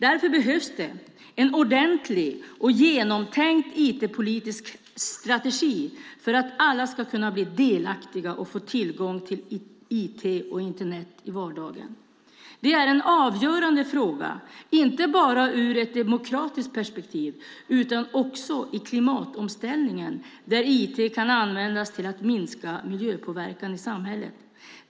Därför behövs det en ordentlig och genomtänkt IT-politisk strategi för att alla ska kunna bli delaktiga och få tillgång till IT och Internet i vardagen. Det är en avgörande fråga inte bara ur ett demokratiskt perspektiv utan också i klimatomställningen, där IT kan användas till att minska miljöpåverkan i samhället.